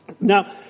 Now